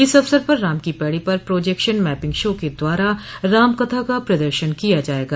इस अवसर पर राम की पैड़ी पर प्रोजेक्शन मैपिंग शो के द्वारा रामकथा का प्रदर्शन किया जायेगा